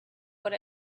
what